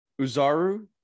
Uzaru